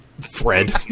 Fred